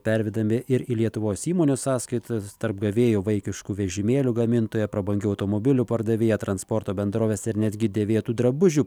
pervedami ir į lietuvos įmonių sąskaitas tarp gavėjų vaikiškų vežimėlių gamintoja prabangių automobilių pardavėja transporto bendrovės ir netgi dėvėtų drabužių